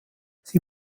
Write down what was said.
sie